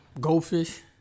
Goldfish